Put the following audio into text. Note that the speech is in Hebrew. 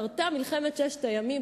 קרתה מלחמת ששת הימים,